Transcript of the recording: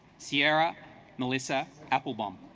sierra melissa applebaum